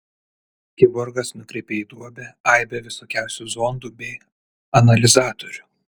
kiborgas nukreipė į duobę aibę visokiausių zondų bei analizatorių